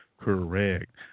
Correct